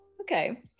okay